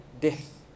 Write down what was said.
death